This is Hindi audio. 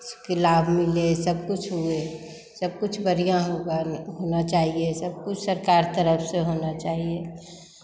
कि लाभ मिले सब कुछ होए सब कुछ बढ़ियाँ होना चाहिए सब कुछ सरकार तरफ से होना चाहिए